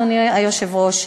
אדוני היושב-ראש,